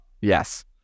Yes